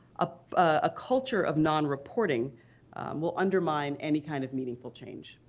ah a culture of non-reporting will undermine any kind of meaningful change.